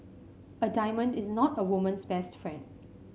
a diamond is not a woman's best friend